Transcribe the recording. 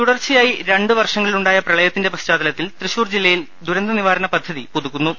തുടർച്ചയായി രണ്ട് വർഷങ്ങളിലുണ്ടായ പ്രളയത്തിന്റെ പശ്ചാത്ത ലത്തിൽ തൃശൂർ ജില്ലയിൽ ദുരന്ത നിവാരണ പദ്ധതി പുതുക്കു ന്നു